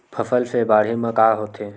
फसल से बाढ़े म का होथे?